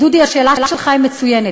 דודי, השאלה שלך היא מצוינת.